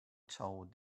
told